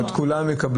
זאת אומרת כולם יקבלו